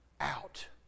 out